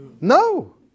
No